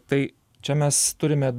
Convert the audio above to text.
tai čia mes turime